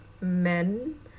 men